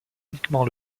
uniquement